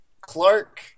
Clark